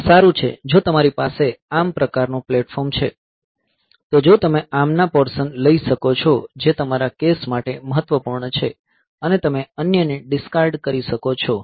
આ સારું છે જો તમારી પાસે ARM પ્રકારનું પ્લેટફોર્મ છે તો જો તમે ARM ના પોર્શન લઈ શકો છો જે તમારા કેસ માટે મહત્વપૂર્ણ છે અને તમે અન્યને ડિસ્કાર્ડ કરી શકો છો